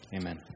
Amen